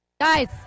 guys